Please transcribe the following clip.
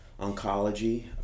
oncology